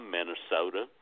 Minnesota